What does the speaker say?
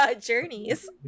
Journeys